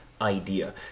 Idea